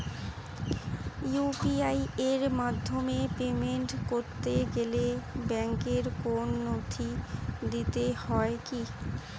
UPI এর মাধ্যমে payment করতে গেলে ব্যাংকের কোন নথি দিতে হয় কি?